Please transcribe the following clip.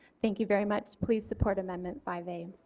thank you very much. please support amendment five a.